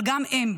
אבל גם הם,